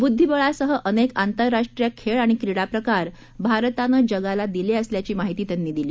बुद्धीबळासह अनेक आंतरराष्ट्रीय खेळ आणि क्रीडा प्रकार भारताने जगाला दिले असल्याची माहिती त्यांनी दिली